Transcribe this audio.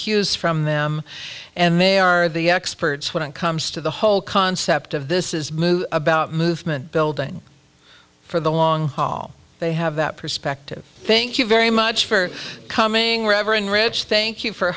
cues from them and they are the experts when it comes to the whole concept of this is moot about movement building for the long haul they have that perspective thank you very much for coming reverend rich thank you for